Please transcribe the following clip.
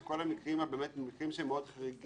שבכל המקרים שהם באמת מקרים מאוד חריגים